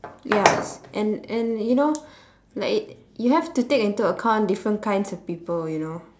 ya and and you know like in you have to take into accounts different kinds of people you know